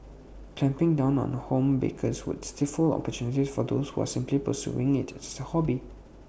clamping down on home bakers would stifle opportunities for those who are simply pursuing IT A hobby